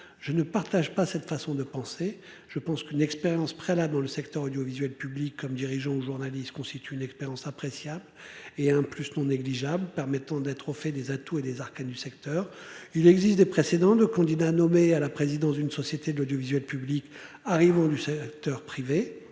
Je ne partage pas cette façon de penser. Je pense qu'une expérience préalable ou le secteur audiovisuel public comme dirigeant journaliste constitue une expérience appréciable et un plus non négligeable permettant d'être au fait des atouts et des arcanes du secteur. Il existe des précédents de candidats. Nommé à la présidence d'une société de l'audiovisuel public arrivant du secteur privé.